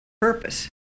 purpose